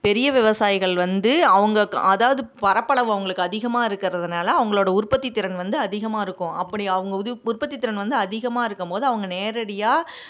பெரிய விவசாயிகள் வந்து அவங்க க அதாவது பரப்பளவு அவங்களுக்கு அதிகமாக இருக்கிறதுனால அவங்களோட உற்பத்தித் திறன் வந்து அதிகமாக இருக்கும் அப்படி அவங்க உது உற்பத்தித் திறன் வந்து அதிகமாக இருக்கும்போது அவங்க நேரடியாக